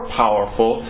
powerful